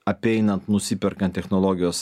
apeinant nusiperkant technologijos